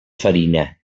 farina